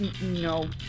no